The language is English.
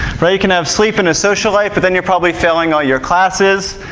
but or you can have sleep and a social life, but then you're probably failing all your classes.